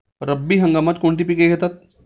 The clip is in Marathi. रब्बी हंगामात कोणती पिके घेतात?